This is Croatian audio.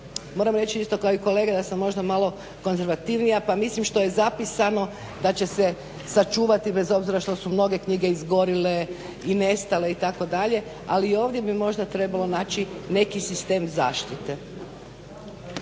moram reći isto kao i kolega da sam možda malo konzervativnija pa mislim što je zapisano da će se sačuvati bez obzira što su mnoge knjige izgorjele i nestale itd., ali ovdje bi možda trebalo način neki sistem zaštite.